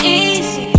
easy